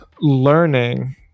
learning